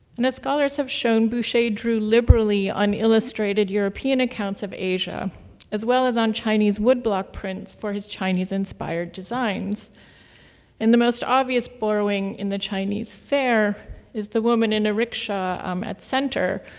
and as scholars have shown, boucher drew liberally on illustrated european accounts of asia as well as on chinese woodblock prints for his chinese-inspired designs and the most obvious borrowing in the chinese fair is the woman in a rickshaw um at center,